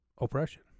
oppression